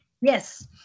Yes